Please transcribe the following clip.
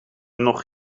nog